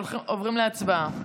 עוברים להצבעה.